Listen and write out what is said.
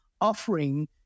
offering